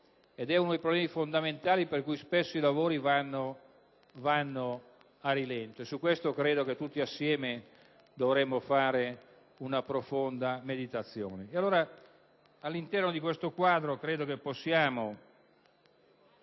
ed è uno dei motivi fondamentali per cui spesso i lavori vanno a rilento sul quale credo che tutti insieme dovremmo fare una profonda meditazione. All'interno di questo quadro, credo che possiamo